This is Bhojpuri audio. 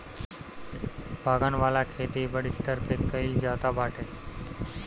बागन वाला खेती बड़ स्तर पे कइल जाता बाटे